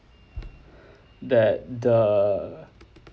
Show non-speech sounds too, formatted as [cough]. [breath] that the